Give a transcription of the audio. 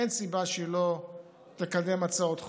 אין סיבה שלא לקדם הצעות חוק.